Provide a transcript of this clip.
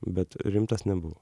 bet rimtas nebuvau